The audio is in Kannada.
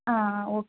ಹಾಂ ಓಕೆ